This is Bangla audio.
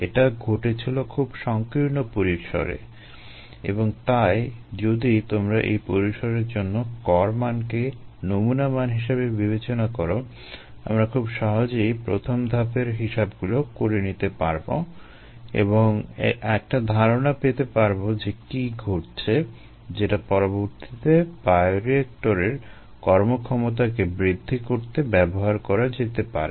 এটা ঘটেছিল খুবই সংকীর্ণ পরিসরে এবং তাই যদি তোমরা এই পরিসরের জন্য গড় মানকে নমুনা মান হিসেবে বিবেচনা করো আমরা খুব সহজেই প্রথম ধাপের হিসাবগুলো করে নিতে পারবো এবং একটা ধারণা পেতে পারবো যে কী ঘটছে যেটা পরবর্তীতে বায়োরিয়েক্টরের কর্মক্ষমতাকে বৃদ্ধি করতে ব্যবহার করা যেতে পারে